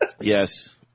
Yes